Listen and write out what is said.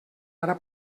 ara